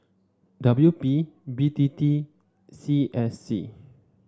W P B T T and C S C